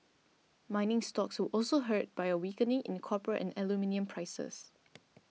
mining stocks were also hurt by a weakening in copper and aluminium prices